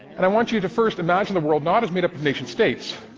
and i want you to first imagine the world not as made up of nation-states,